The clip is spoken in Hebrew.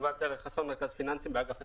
רכז פיננסים באגף התקציבים,